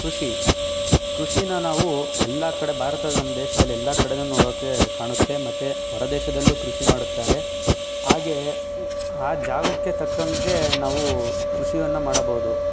ಕೃಷಿ ಕೃಷಿನ ನಾವು ಎಲ್ಲ ಕಡೆ ಭಾರತ ನಮ್ಮ ದೇಶದಲ್ಲಿ ಎಲ್ಲ ಕಡೆಯೂ ನೋಡೋಕ್ಕೆ ಕಾಣುತ್ತೆ ಮತ್ತು ಹೊರದೇಶದಲ್ಲೂ ಕೃಷಿ ಮಾಡುತ್ತಾರೆ ಹಾಗೆ ಆ ಜಾಗಕ್ಕೆ ತಕ್ಕಂಗೆ ನಾವು ಕೃಷಿಯನ್ನು ಮಾಡಬಹುದು